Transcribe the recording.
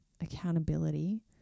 accountability